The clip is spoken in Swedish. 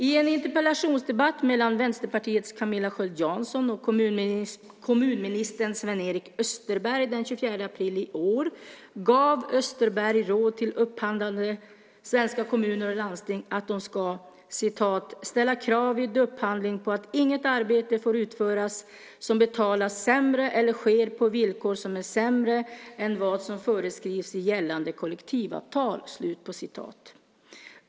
I en interpellationsdebatt mellan Vänsterpartiets Camilla Sköld Jansson och kommunminister Sven-Erik Österberg den 24 april i år gav Österberg råd till upphandlande svenska kommuner och landsting att de ska "ställa krav vid upphandling på att inget arbete får utföras som betalas sämre eller sker på villkor som är sämre än vad som föreskrivs i gällande kollektivavtal".